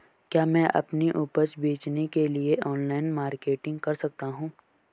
क्या मैं अपनी उपज बेचने के लिए ऑनलाइन मार्केटिंग कर सकता हूँ?